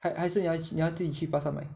还是你要自己自己去巴刹买